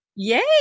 Yay